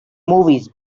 movies